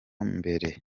mbere